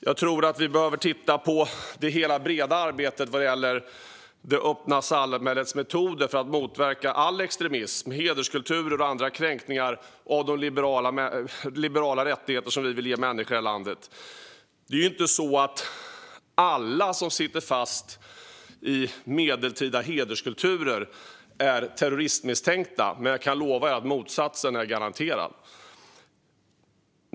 Jag tror att vi behöver titta på hela det breda arbetet vad gäller det öppna samhällets metoder för att motverka all extremism, hederskultur och andra kränkningar av de liberala rättigheter som vi vill ge människor i det här landet. Det är ju inte så att alla som sitter fast i medeltida hederskulturer är terroristmisstänkta, men jag kan lova er att motsatsen är garanterad.